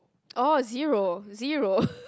oh zero zero